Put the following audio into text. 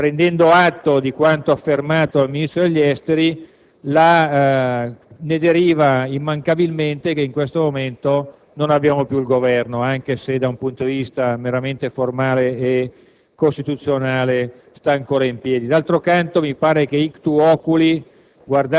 Prendendo atto di quanto affermato dal Ministro degli affari esteri, ne deriva immancabilmente che in questo momento non abbiamo più un Governo, anche se da un punto di vista meramente formale e costituzionale è ancora in piedi. D'altro canto, mi pare che, *ictu oculi,*